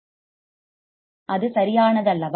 அது சரியானதல்லவா